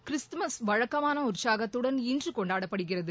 Christmas வழக்கமான உற்சாகத்துடன் இன்று கொண்டாடப்படுகிறது